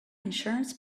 insurance